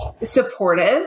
Supportive